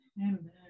Amen